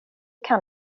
kan